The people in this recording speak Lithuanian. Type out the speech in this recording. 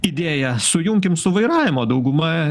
idėja sujunkim su vairavimo dauguma